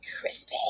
Crispy